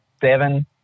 seven